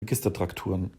registertrakturen